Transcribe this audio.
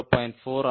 4 ஆகவும் P 0